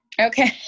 Okay